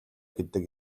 гэдэг